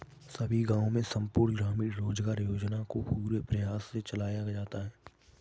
सभी गांवों में संपूर्ण ग्रामीण रोजगार योजना को पूरे प्रयास से चलाया जाता है